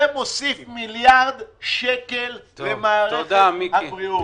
זה מוסיף מיליארד שקל למערכת הבריאות.